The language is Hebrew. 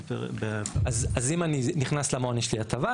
אז אם אני נכנס למעון יש שלי הטבה,